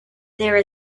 there